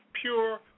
pure